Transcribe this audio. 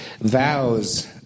Vows